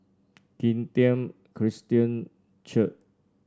Kim Tian Christian Church